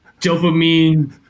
dopamine